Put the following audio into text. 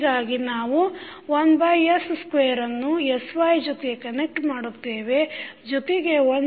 ಹೀಗಾಗಿ ನಾವು 1 s ಸ್ಕ್ವೇರನ್ನು sy ಜೊತೆ ಕನೆಕ್ಟ್ ಮಾಡುತ್ತೇವೆ ಜೊತೆಗೆ 1s